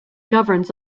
governs